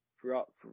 throughout